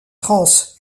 trans